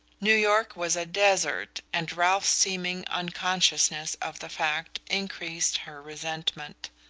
new york was a desert, and ralph's seeming unconsciousness of the fact increased her resentment.